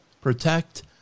protect